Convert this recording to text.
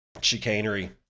Chicanery